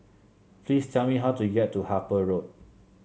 please tell me how to get to Harper Road